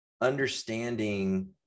understanding